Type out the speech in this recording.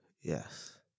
Yes